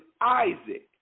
Isaac